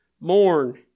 Mourn